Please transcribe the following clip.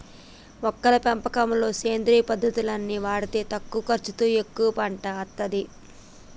మొక్కల పెంపకంలో సేంద్రియ ఉత్పత్తుల్ని వాడితే తక్కువ ఖర్చుతో ఎక్కువ పంట అస్తది